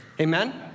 Amen